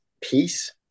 peace